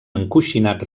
encoixinat